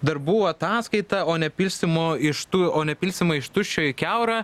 darbų ataskaitą o ne pilstymo iš tu o ne pilstymą iš tuščio į kiaurą